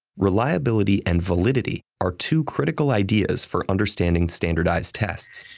reliability and validity are two critical ideas for understanding standardized tests.